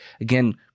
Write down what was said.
Again